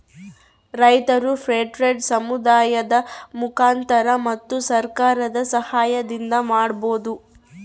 ರೈತರು fair trade ಸಮುದಾಯದ ಮುಖಾಂತರ ಮತ್ತು ಸರ್ಕಾರದ ಸಾಹಯದಿಂದ ಮಾಡ್ಬೋದು